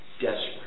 desperate